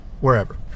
wherever